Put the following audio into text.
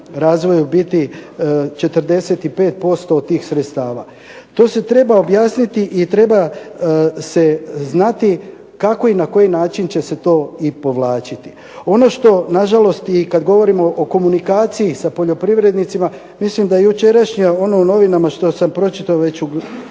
razvoju biti 45% od tih sredstava. To se treba objasniti i treba se znati kako i na koji način će se to povlačiti, ono što na žalost i kada govorimo o komunikaciji sa poljoprivrednicima, mislim da jučerašnje ono u novinama što sam pročitao u „Glasu